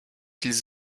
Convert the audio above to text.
ils